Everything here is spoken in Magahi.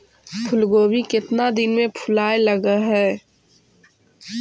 फुलगोभी केतना दिन में फुलाइ लग है?